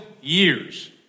years